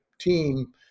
team